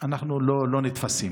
אנחנו לא נתפסים.